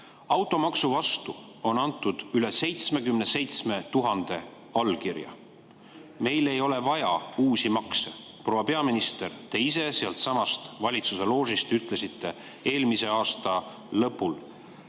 Automaksu vastu on antud üle 77 000 allkirja. Meil ei ole vaja uusi makse. Proua peaminister! Te ise sealtsamast valitsuse loožist ütlesite eelmise aasta lõpul: